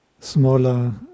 smaller